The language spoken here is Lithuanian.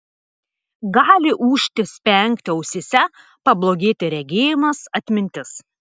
gali ūžti spengti ausyse pablogėti regėjimas atmintis